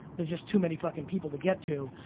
there are just too many fuckin' people to get to,